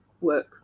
work